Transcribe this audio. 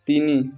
ତିନି